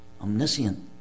omniscient